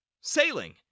Sailing